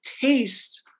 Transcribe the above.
taste